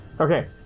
Okay